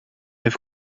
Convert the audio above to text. have